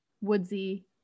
woodsy